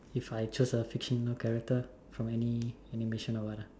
if I choose a fictional character from any animation or what ah